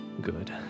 Good